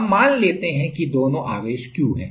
अब मान लेते हैं कि दोनों आवेश Q हैं